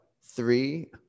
three